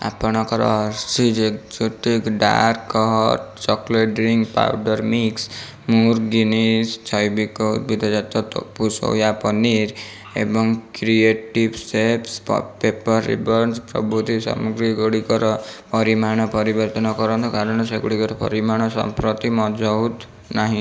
ଆପଣଙ୍କର Hershey's exotic dark hot chocolate drink powder mix ମୁରଗୀନ୍ସ୍ ଜୈବିକ ଉଦ୍ଭିଦଜାତ ତୋଫୁ ସୋୟା ପନିର୍ ଏବଂ କ୍ରିଏଟିଭ୍ ସ୍ପେସ୍ ପେପର୍ ରିବନ୍ସ୍ ପ୍ରଭୃତି ସାମଗ୍ରୀଗୁଡ଼ିକର ପରିମାଣ ପରିବର୍ତ୍ତନ କରନ୍ତୁ କାରଣ ସେଗୁଡ଼ିକର ପରିମାଣ ସମ୍ପ୍ରତି ମହଜୁଦ ନାହିଁ